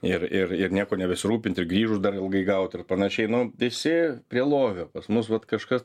ir ir ir niekuo nebesirūpinti ir grįžus dar ilgai gauti ir panašiai nu visi prie lovio pas mus vat kažkas